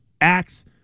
acts